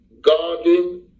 guarding